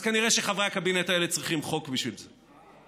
אז כנראה חברי הקבינט האלה צריכים חוק בשביל זה.